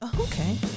okay